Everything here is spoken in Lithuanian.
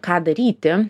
ką daryti